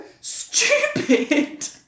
stupid